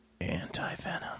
anti-venom